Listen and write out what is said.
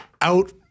out